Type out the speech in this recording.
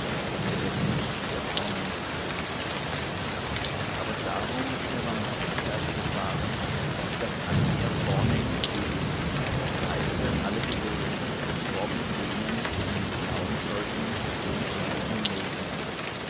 unter welchen ich der vornehmste bin aber darum ist mir barmherzigkeit widerfahren auf daß an mir vornehmlich jesus christus erzeigte alle geduld zum vorbild denen die an ihn glauben sollten zum ewigen leben